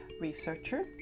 researcher